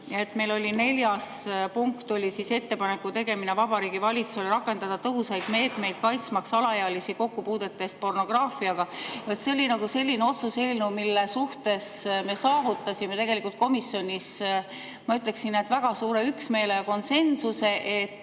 asi. Neljas punkt oli meil "Ettepaneku tegemine Vabariigi Valitsusele rakendada tõhusaid meetmeid kaitsmaks alaealisi kokkupuudete eest pornograafiaga". See oli selline otsuse eelnõu, mille suhtes me saavutasime komisjonis, ma ütleksin, väga suure üksmeele ja konsensuse: see